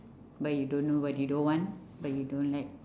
but you don't know what you don't want but you don't like